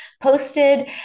posted